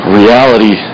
reality